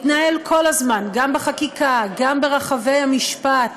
והוא מתנהל כל הזמן גם בחקיקה, גם ברחבי המשפט,